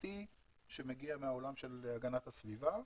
שזה אילוץ מערכתי שמגיע מהעולם של הגנת הסביבה.